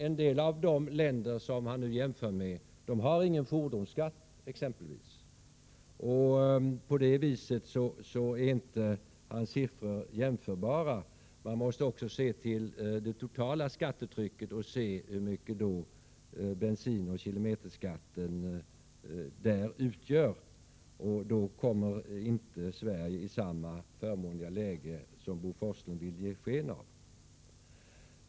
En del av de länder som han jämför med har ingen fordonsskatt, exempelvis. På det sättet är inte hans siffror jämförbara. Man måste se till det totala skattetrycket och beakta hur mycket bensinoch kilometerskatten utgör av det. Då kommer inte Sverige i samma förmånliga läge som Bo Forslund vill ge sken av.